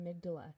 amygdala